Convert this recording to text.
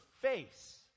face